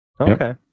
Okay